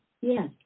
Yes